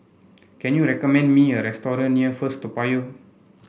can you recommend me a restaurant near First Toa Payoh